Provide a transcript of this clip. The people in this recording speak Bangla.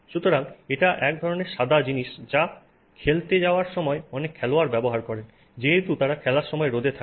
সুতরাং এটা এক ধরনের সাদা জিনিস যা খেলতে যাওয়ার সময় অনেক খেলোয়াড় ব্যবহার করেন যেহেতু তারা খেলার সময় রোদে থাকেন